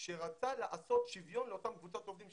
שרצה לעשות שוויון לאותה קבוצת עובדים,